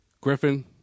Griffin